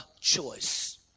choice